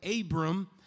Abram